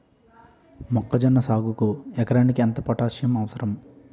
మొక్కజొన్న సాగుకు ఎకరానికి ఎంత పోటాస్సియం అవసరం?